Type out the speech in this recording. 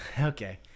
Okay